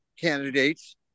candidates